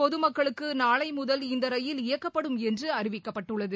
பொதுமக்களுக்கு நாளை முதல் இந்த ரயில் இயக்கப்படும் என்று அறிவிக்கப்பட்டுள்ளது